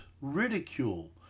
ridicule